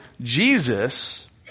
Jesus